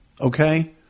okay